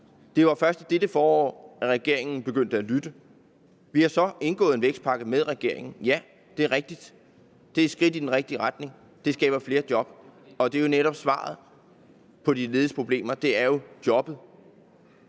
Det var først i dette forår, at regeringen begyndte at lytte. Vi har så indgået en aftale om en vækstpakke med regeringen, ja, det er rigtigt, og det er et skridt i den rigtige retning; det skaber flere job, og et job er jo netop svaret på de lediges problemer. Som formanden